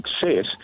success